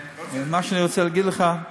מה שאני רוצה להגיד לך,